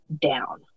down